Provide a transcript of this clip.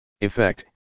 effect